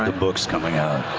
ah book's coming out.